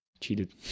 cheated